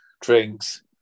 drinks